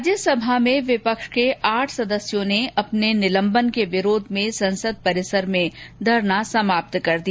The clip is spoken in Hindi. राज्यसभा में विपक्ष के आठ सदस्यों ने अपने निलंबन के विरोध में संसद परिसर में धरना समाप्त कर दिया